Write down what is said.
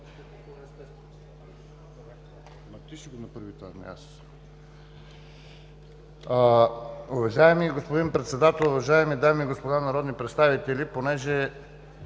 Уважаеми господин Председател, уважаеми дами и господа народни представители! понеже